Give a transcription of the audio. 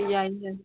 ꯌꯥꯏꯌꯦ ꯌꯥꯏꯌꯦ